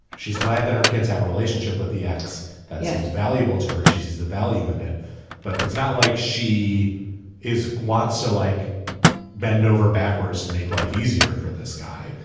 she's glad that her kids have a relationship with the ex that yeah is valuable to her she sees the value in it but it's not like she is wants to like bend over backwards to make life easier for this guy.